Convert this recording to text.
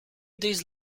days